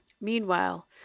Meanwhile